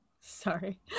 Sorry